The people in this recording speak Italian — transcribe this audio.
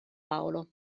paolo